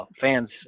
fans